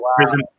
prison